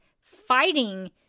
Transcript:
fighting